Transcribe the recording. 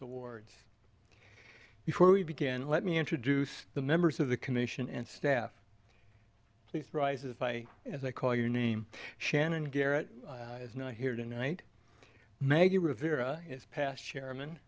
awards before we begin let me introduce the members of the commission and staff please rise as i as i call your name shannon garrett is not here tonight maggie rivera is past chairman